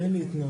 אין לי התנהלות.